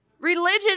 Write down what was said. Religion